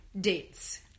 Dates